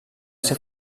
ser